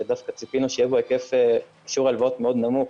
שציפינו שיהיה בו היקף אישור הלוואות מאוד נמוך,